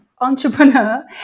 entrepreneur